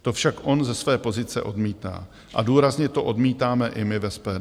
To však on ze své pozice odmítá a důrazně to odmítáme i my v SPD.